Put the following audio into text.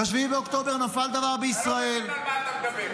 ב-7 באוקטובר נפל דבר בישראל -- אתה לא מבין על מה אתה מדבר.